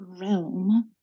realm